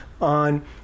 on